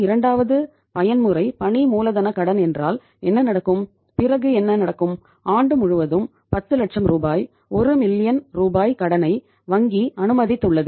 எனவே வணிகங்கள் மூலதனக் கடனைக் காட்டிலும் சிசி ரூபாய் கடனை வங்கி அனுமதித்துள்ளது